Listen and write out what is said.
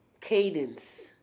cadence